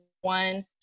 one